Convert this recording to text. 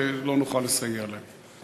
ולא נוכל לסייע להם.